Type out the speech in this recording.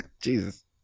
Jesus